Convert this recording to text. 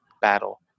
battle